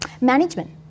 Management